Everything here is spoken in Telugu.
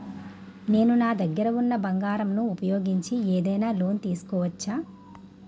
నేను నా దగ్గర ఉన్న బంగారం ను ఉపయోగించి ఏదైనా లోన్ తీసుకోవచ్చా?